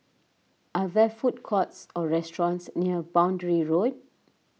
are there food courts or restaurants near Boundary Road